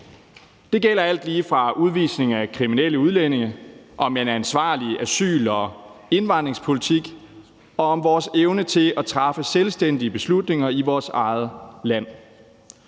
Det gælder alt lige fra udvisning af kriminelle udlændinge og en ansvarlig asyl- og indvandringspolitik til vores evne til at træffe selvstændige beslutninger i vores eget land.